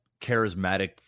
charismatic